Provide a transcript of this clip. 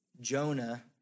Jonah